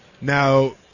Now